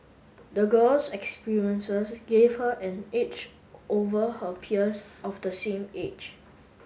the girl's experiences gave her an edge over her peers of the same age